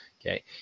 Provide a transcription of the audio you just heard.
Okay